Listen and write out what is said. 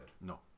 No